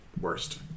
worst